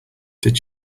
did